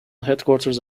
headquarters